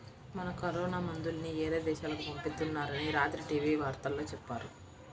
మన కరోనా మందుల్ని యేరే దేశాలకు పంపిత్తున్నారని రాత్రి టీవీ వార్తల్లో చెప్పారు